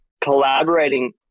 collaborating